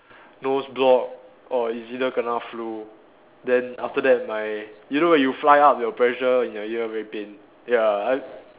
nose block or is either kena flu then after that my you know when you fly out your pressure in your ear very pain ya I